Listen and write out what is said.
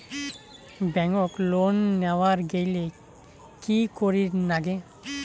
Bank loan নেওয়ার গেইলে কি করীর নাগে?